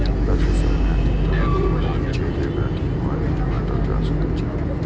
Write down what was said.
पशु सभ मे अनेक तरहक रोग होइ छै, जेकरा तीन वर्ग मे बांटल जा सकै छै